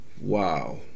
Wow